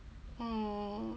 oh